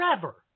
forever